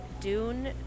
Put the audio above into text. dune